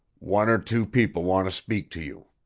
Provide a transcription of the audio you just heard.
one or two people want to speak to you.